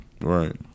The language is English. Right